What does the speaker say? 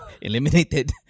eliminated